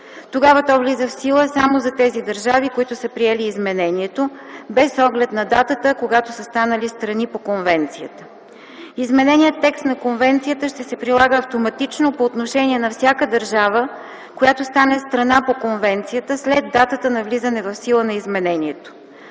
Тогава то влиза в сила само за тези държави, които са приели изменението (без оглед на датата, когато са станали страни по конвенцията). Измененият текст на Конвенцията ще се прилага автоматично по отношение на всяка държава, която стане страна по Конвенцията, след датата на влизане в сила на изменението.